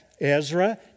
Ezra